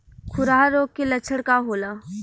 खुरहा रोग के लक्षण का होला?